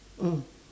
mm